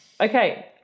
Okay